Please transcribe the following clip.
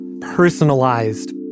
personalized